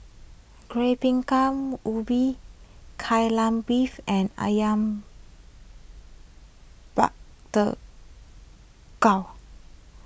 Kueh Bingka Ubi Kai Lan Beef and Ayam Buah